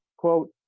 quote